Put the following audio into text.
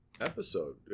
episode